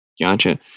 Gotcha